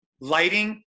lighting